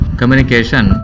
communication